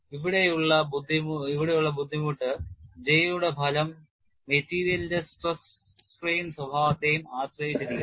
ഇവിടെയുള്ള ബുദ്ധിമുട്ട് J യുടെ ഫലം മെറ്റീരിയലിന്റെ സ്ട്രെസ് സ്ട്രെയിൻ സ്വഭാവത്തെയും ആശ്രയിച്ചിരിക്കുന്നു